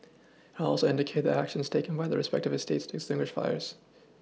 helps indicate the actions taken by the respective eStates to extinguish fires